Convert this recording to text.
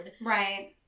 Right